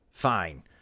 fine